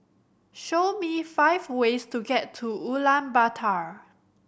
show me five ways to get to Ulaanbaatar